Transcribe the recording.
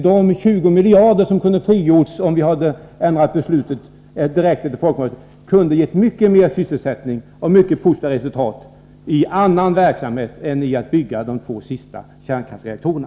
De 20 miljarder som kunde ha frigjorts, om vi hade ändrat beslutet direkt efter folkomröstningen, kunde ha gett mycket mer sysselsättning och mycket positivare resultat i annan verksamhet än i att bygga de två sista kärnkraftsreaktorerna.